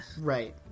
Right